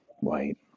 White